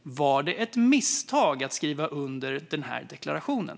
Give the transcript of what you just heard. Var det ett misstag att skriva under den här deklarationen?